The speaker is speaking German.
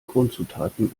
grundzutaten